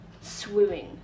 Swimming